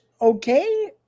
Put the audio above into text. okay